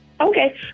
Okay